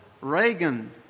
Reagan